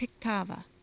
Pictava